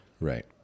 Right